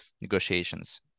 negotiations